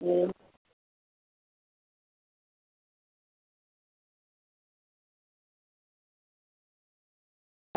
હમ